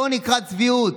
זה נקרא צביעות.